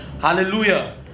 hallelujah